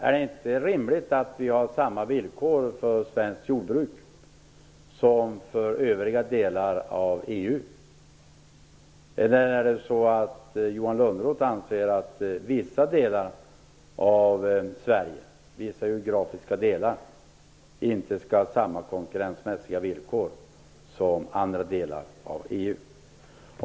Är det inte rimligt att vi har samma villkor för svenskt jordbruk som för jordbruket i övriga delar av EU? Eller är det så att Johan Lönnroth anser att vissa geografiska delar av Sverige inte skall ha samma konkurrensmässiga villkor som andra delar av EU?